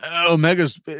Omega's